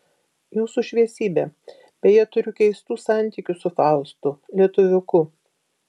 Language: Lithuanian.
jūsų šviesybe beje turiu keistų santykių su faustu lietuviuku